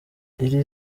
iri